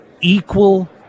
equal